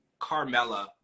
carmella